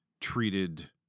treated